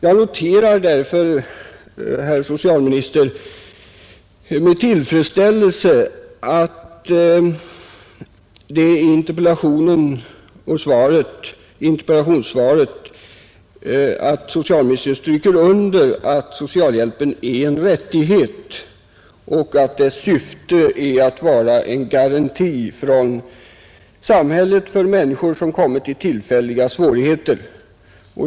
Jag noterar därför, med tillfredsställelse att socialministern i interpellationssvaret understryker att socialhjälpen är en rättighet och att dess syfte är att vara en garanti från samhället för människor som kommit i tillfälliga svårigheter.